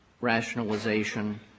rationalization